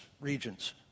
regions